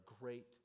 great